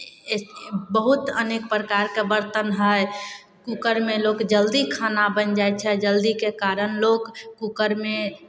ए बहुत अनेक प्रकारके बरतन हइ कूकरमे लोक जल्दी खाना बनि जाइ छै जल्दीके कारण लोक कूकरमे